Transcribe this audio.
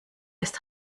ist